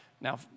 Now